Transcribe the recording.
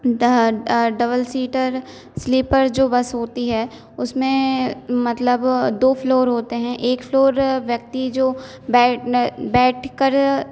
दह double seater sleeper जो bus होती है उसमें मतलब दो फ्लोर होते हैं एक फ्लोर व्यक्ति जो बैठने बैठ कर